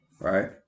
right